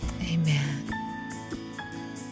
Amen